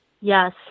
yes